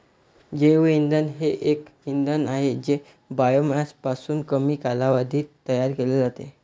जैवइंधन हे एक इंधन आहे जे बायोमासपासून कमी कालावधीत तयार केले जाते